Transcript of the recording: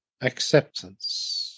acceptance